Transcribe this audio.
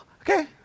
Okay